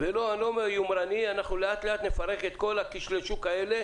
לא ביומרה, אנחנו נפרק את כל כשלי השוק האלה,